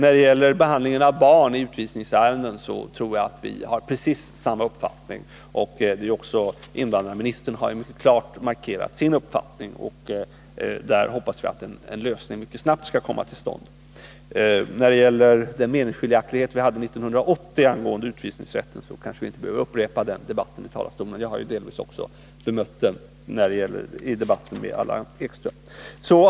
I fråga om behandlingen av barn i utvisningsärenden tror jag att vi har precis samma uppfattning. Invandrarministern har också mycket klart markerat sin uppfattning. Vi hoppas att en lösning snabbt skall komma till stånd. De meningsskiljaktigheter som rådde 1980 angående utvisningsrätten kanske vi inte behöver ta upp nu igen. F. ö. har jag ju delvis berört dem i debatten med Allan Ekström.